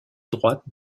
droite